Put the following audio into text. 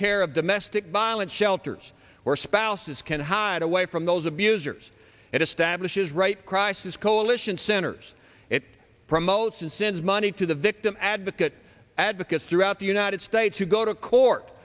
care of domestic violence shelters where spouses can hide away from those abusers it establishes right crisis coalition centers it promotes and sends money to the victim advocate advocates throughout the united states who go to court